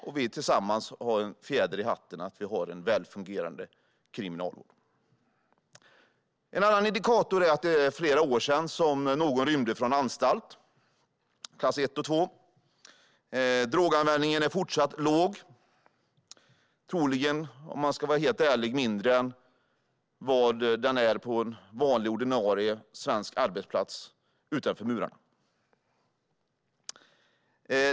Vi har tillsammans en fjäder i hatten av att ha en välfungerande kriminalvård. En annan indikator är att det är flera år sedan som någon rymde från en anstalt av klass 1 eller 2. Droganvändningen är fortsatt låg - troligen, helt ärligt, mindre än vad den är på en ordinarie svensk arbetsplats utanför murarna.